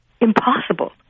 impossible